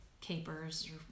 capers